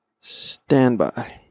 standby